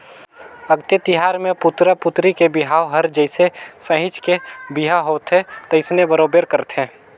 अक्ती तिहार मे पुतरा पुतरी के बिहाव हर जइसे सहिंच के बिहा होवथे तइसने बरोबर करथे